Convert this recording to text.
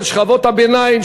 של שכבות הביניים,